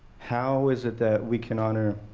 how is it that we can honor